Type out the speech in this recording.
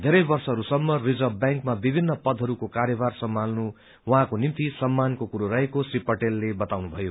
बेरै वर्षहरूसम्म रिजर्व व्यांकमा विभिन्न पदहरूको कार्यभार सम्माल्नु उझँको निम्ति सम्मानको कुरो रहेको श्री पटेलले बताउनुभयो